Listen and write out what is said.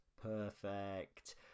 Perfect